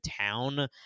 town